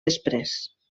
després